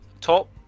top